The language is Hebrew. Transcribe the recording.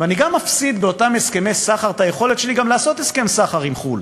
ואני גם מפסיד באותם הסכמי סחר את היכולת שלי לעשות הסכם סחר עם חו"ל.